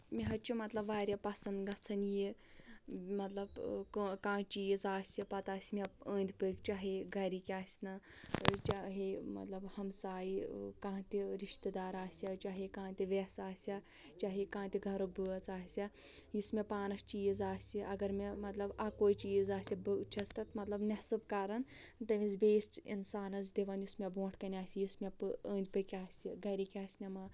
مےٚ حظ چھُ مَطلَب واریاہ پَسَنٛد گَژھان یہِ مَطلَب کانٛہہ چیٖز آسہِ پَتہٕ آسہِ مےٚ أنٛدۍ پٔکۍ چاہے گَرِکۍ آسہِ نا چاہے مَطلَب ہمساے کانٛہہ تہِ رِشتہٕ دار آسہِ یا چاہے کانٛہہ تہِ ویٚس آسہِ یا چاہے کانٛہہ تہِ گَریُک بٲژ آسہِ یا یُس مےٚ پانَس چیٖز آسہِ اگر مےٚ مَطلَب اَکُے چیٖز آسہِ بہٕ چھَس تتھ مَطلَب نٮ۪صف کَران تٔمِس بیٚیِس انسانَس دِوان یُس مےٚ برٛونٛٹھ کَنہِ آسہِ یُس مےٚ أنٛدۍ پٔکۍ آسہِ گَرِکۍ آسنَما